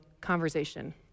conversation